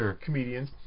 comedians